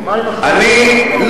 לא,